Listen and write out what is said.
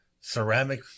ceramic